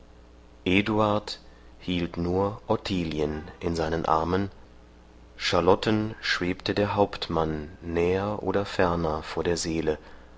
hielt nur ottilien in seinen armen charlotten schwebte der hauptmann näher oder ferner vor der seele